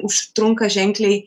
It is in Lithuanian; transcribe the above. užtrunka ženkliai